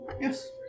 Yes